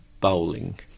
bowling